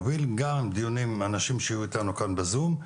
על מנת להוביל גם דיונים עם אנשים שיהיו איתנו כאן בזום.